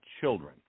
children